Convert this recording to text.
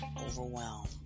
overwhelmed